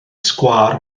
sgwâr